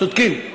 צודקים.